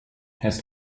has